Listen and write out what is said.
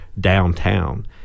downtown